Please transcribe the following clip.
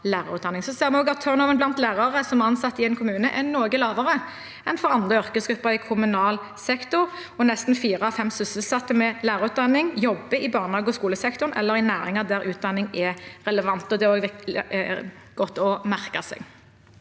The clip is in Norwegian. Så ser vi også at «turnoveren» blant lærere som er ansatt i en kommune, er noe lavere enn for andre yrkesgrupper i kommunal sektor, og nesten fire av fem sysselsatte med lærerutdanning jobber i barnehage- og skolesektoren eller i næringer der utdanning er relevant. Det er godt å merke seg.